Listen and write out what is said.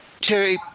Terry